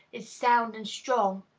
is sound and strong,